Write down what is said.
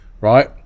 right